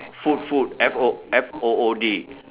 food food F O F O O